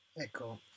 Ecco